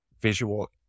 visual